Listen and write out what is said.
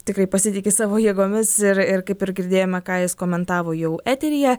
tikrai pasitiki savo jėgomis ir ir kaip ir girdėjome ką jis komentavo jau eteryje